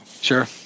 Sure